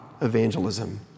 evangelism